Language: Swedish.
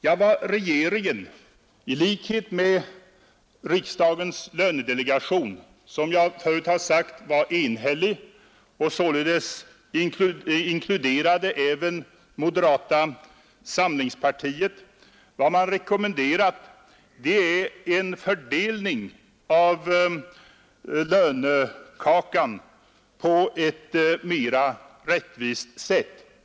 Vad regeringen — i likhet med riksdagens lönedelegation vilken som jag förut framhållit var enhällig — uttalat omfattades på sin tid således även av moderata samlingspartiet. Vad man rekommenderat är en fördelning av lönekakan på ett mera rättvist sätt.